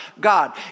God